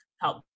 help